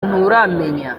nturamenya